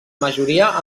majoria